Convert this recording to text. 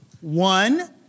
one